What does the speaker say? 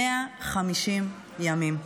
150 ימים,